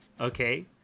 Okay